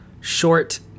short